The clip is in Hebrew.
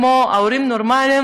כמו הורים נורמליים,